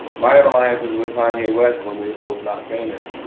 my alliance was with kanye west, when we were both not famous.